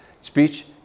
speech